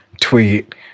tweet